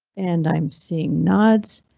and i'm seeing nods.